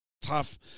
Tough